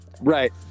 Right